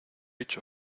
reach